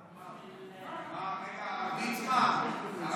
ליצמן, הרב ליצמן.